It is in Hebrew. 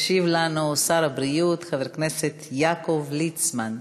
ישיב לנו שר הבריאות חבר הכנסת יעקב ליצמן.